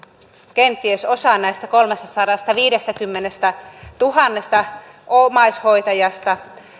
kenties osa näistä kolmestasadastaviidestäkymmenestätuhannesta omaishoitajasta